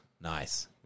Nice